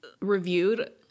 reviewed